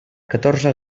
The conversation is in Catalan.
catorze